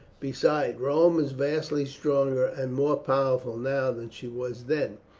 besides, rome is vastly stronger and more powerful now than she was then.